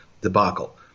debacle